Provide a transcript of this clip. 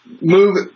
move